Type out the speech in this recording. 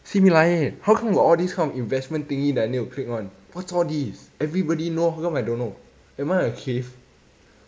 simi lai eh how come got all these kind of investment thingy that I need to click [one] what's all these everybody know how come I don't know am I a cave